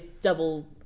double